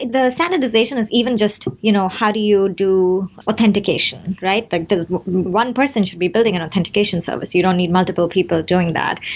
the standardization is even just you know how do you do authentication, right? like this one person should be building an authentication service. you don't need multiple people doing that.